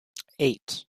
eight